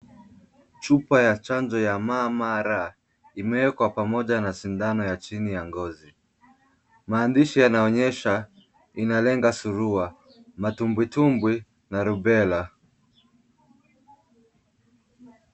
Chupa ya chanjo ya MMR imewekwa pamoja na sindano ya chini ya ngozi. Maandishi yanaonyesha, inalenga surua, matumbwi tumbwi na rubela .